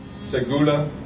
Segula